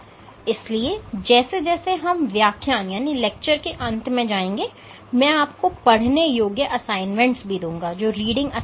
इसलिए जैसे जैसे हम व्याख्यान के अंत में जाएंगे मैं आपको पढ़ने योग्य असाइनमेंट दूंगा